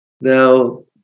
Now